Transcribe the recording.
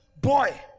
boy